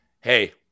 hey